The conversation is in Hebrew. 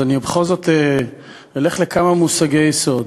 אז אני בכל זאת אלך לכמה מושגי יסוד.